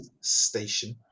Station